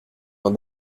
l’an